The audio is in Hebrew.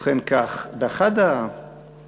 ובכן כך: באחד הלילות